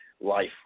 life